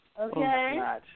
Okay